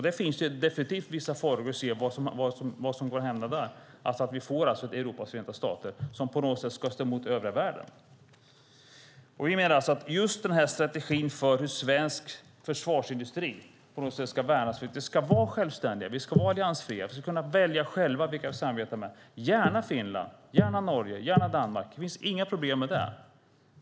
Det finns definitivt vissa farhågor i det och vad som kan hända där, nämligen att vi får ett Europas förenta stater som på något sätt ska stå emot övriga världen. Vi menar att strategin för hur svensk försvarsindustri ska värnas ska vara att vi ska vara självständiga, alliansfria och själva kunna välja vilka vi vill samarbeta med, gärna Finland, Norge, Danmark. Det finns inga problem med det.